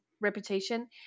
Reputation